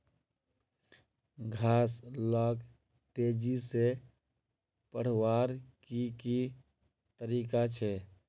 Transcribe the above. घास लाक तेजी से बढ़वार की की तरीका छे?